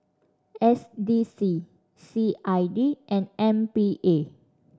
S D C C I D and M P A